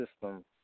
system